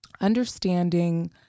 understanding